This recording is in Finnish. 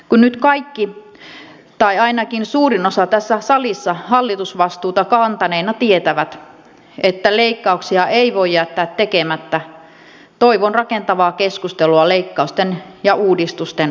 kun nyt kaikki tai ainakin suurin osa tässä salissa hallitusvastuuta kantaneina tietävät että leikkauksia ei voi jättää tekemättä toivon rakentavaa keskustelua leikkausten ja uudistusten kohdentamisesta